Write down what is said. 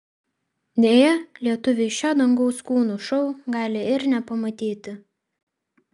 deja lietuviai šio dangaus kūnų šou gali ir nepamatyti